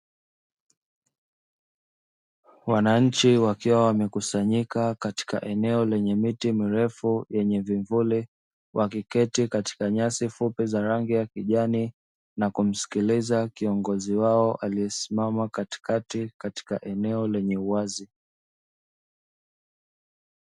Wananchi wakiwa wamekusanyika katika eneo lenye miti mirefu yenye vivuli, wakiketi katika nyasi fupi za rangi ya kijani na kumsikiliza kiongozi wao aliyesimama katikati katika eneo lenye uwazi.